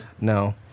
No